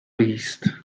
least